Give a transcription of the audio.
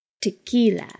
Tequila